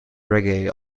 reggae